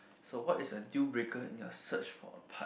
so what is a deal breaker in your search for a partner